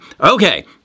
Okay